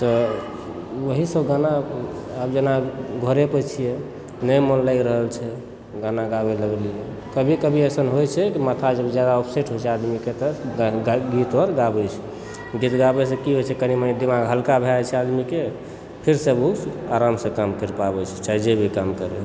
तऽ वहीसभ गाना आब जेना घरे पर छियै नहि मन लागि रहल छै गाना गाबय लागलियै कभी कभी एसन होइ छै माथा जब जयादा अपसेट होइ छै आदमीके तऽ गीत अर गाबय छै गीत गाबय से की होइत छै कनि मनि दिमाग हल्का भए जाइत छै आदमीके फेरसँ ओ आरामसँ काम करि पाबैत छै चाहे जे भी काम करय हो